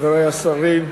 חברי השרים,